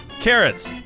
Carrots